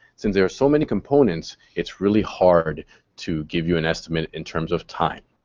since there are so many components, it's really hard to give you an estimate in terms of time.